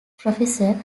professor